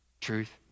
truth